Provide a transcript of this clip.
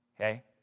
Okay